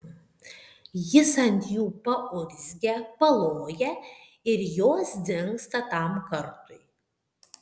jis ant jų paurzgia paloja ir jos dingsta tam kartui